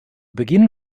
beginn